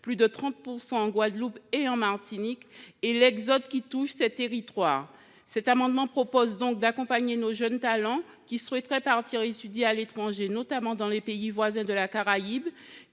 plus de 30 % en Guadeloupe et en Martinique – et l’exode qui touche ces territoires. Aussi, cet amendement vise à accompagner nos jeunes talents qui souhaiteraient partir étudier à l’étranger, notamment dans les pays voisins de la Caraïbe